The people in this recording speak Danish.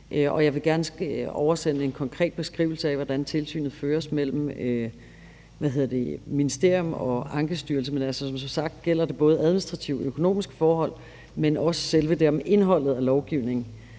jeg vil gerne oversende en konkret beskrivelse af, hvordan tilsynet føres mellem ministerium og ankestyrelse. Men, altså, som sagt gælder det både administrative økonomiske forhold, men også om selve indholdet af lovgivningen